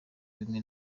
bimwe